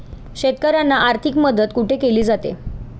शेतकऱ्यांना आर्थिक मदत कुठे केली जाते?